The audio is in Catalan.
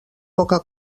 poca